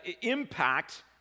impact